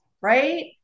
right